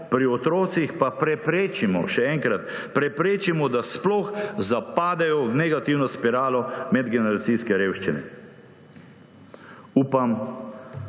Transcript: pri otrocih pa preprečimo, še enkrat, preprečimo, da sploh zapadejo v negativno spiralo medgeneracijske revščine. Upam,